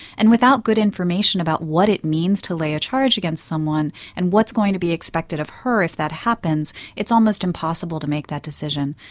and without good information about what it means to lay a charge against someone and what's going to be expected of her if that happens, it's almost impossible to make that decision.